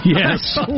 Yes